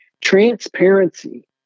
Transparency